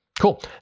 Cool